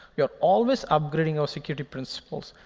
you're always upgrading your security principles,